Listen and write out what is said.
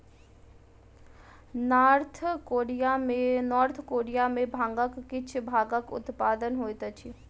north Korea में भांगक किछ भागक उत्पादन होइत अछि